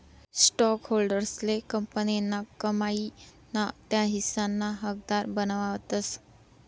स्टॉकहोल्डर्सले कंपनीना कमाई ना त्या हिस्साना हकदार बनावतस